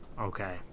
Okay